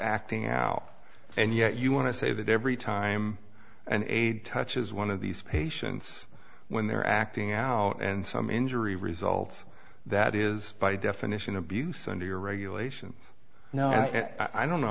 acting out and yet you want to say that every time an aide touches one of these patients when they're acting out and some injury results that is by definition abuse under your regulation no i don't know